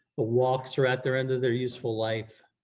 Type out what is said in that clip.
ah walkthrough at their end of their useful life.